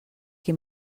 qui